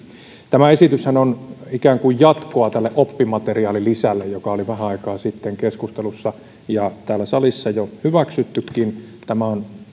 tämä esityshän on ikään kuin jatkoa tälle oppimateriaalilisälle joka oli vähän aikaa sitten keskustelussa ja on täällä salissa jo hyväksyttykin tämä on